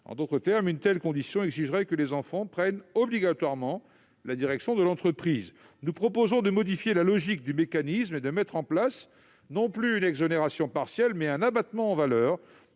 En d'autres termes, une telle condition exigerait que les enfants prennent obligatoirement la direction de l'entreprise. Nous proposons de modifier la logique du mécanisme et de mettre en place, non plus une exonération partielle, mais un abattement en valeur.